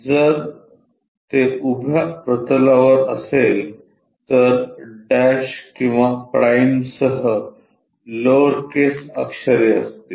जर ते उभ्या प्रतलावर असेल तर डॅश किंवा प्राइमसह लोअर केस अक्षरे असतील